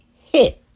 hit